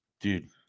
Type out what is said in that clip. Dude